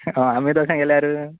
हय आमी दोगांय गेल्यार